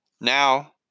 Now